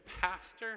pastor